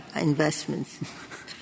investments